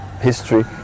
history